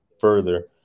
further